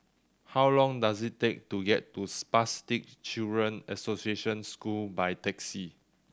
how long does it take to get to Spastic Children's Association School by taxi